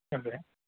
okay